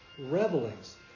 Revelings